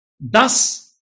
thus